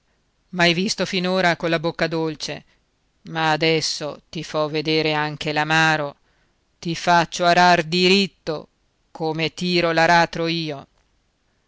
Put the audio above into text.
m'hai visto finora colla bocca dolce ma adesso ti fo vedere anche l'amaro ti faccio arar diritto come tiro l'aratro io